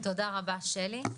תודה רבה, שלי.